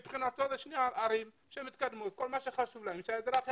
מבחינתו אלה שתי ערים שמתקדמות וכל מה שחשוב לו זה שהאזרח יכניס.